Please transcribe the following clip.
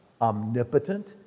omnipotent